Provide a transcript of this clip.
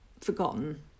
forgotten